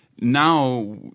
now